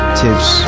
tips